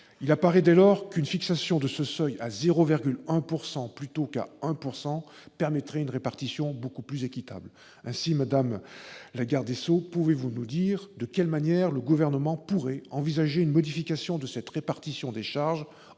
Il apparaît dès lors qu'une fixation de ce seuil à 0,1 %, plutôt qu'à 1 %, permettrait une répartition beaucoup plus équitable. Madame la garde des sceaux, de quelle manière le Gouvernement pourrait-il envisager une modification de cette répartition des charges,